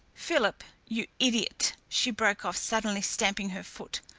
philip, you idiot! she broke off, suddenly stamping her foot,